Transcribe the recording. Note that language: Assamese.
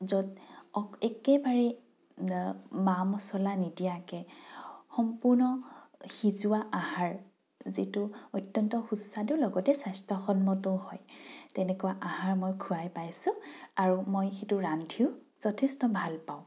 য'ত অ একেবাৰে মা মছলা নিদিয়াকৈ সম্পূৰ্ণ সিজোৱা আহাৰ যিটো অত্যন্ত সুস্বাদু লগতে স্বাস্থ্যসন্মতও হয় তেনেকুৱা আহাৰ মই খোৱাই পাইছোঁ আৰু মই সেইটো ৰান্ধিও যথেষ্ট ভাল পাওঁ